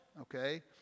okay